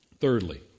Thirdly